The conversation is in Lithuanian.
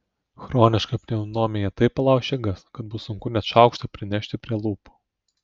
chroniška pneumonija taip palauš jėgas kad bus sunku net šaukštą prinešti prie lūpų